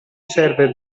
server